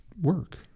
work